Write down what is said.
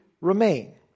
remain